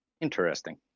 Interesting